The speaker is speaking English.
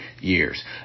years